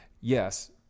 yes